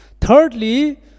Thirdly